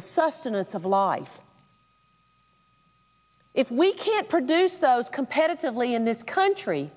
sustenance of life if we can't produce those competitively in this country